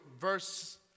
verse